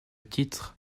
titre